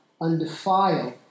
undefiled